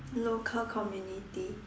local community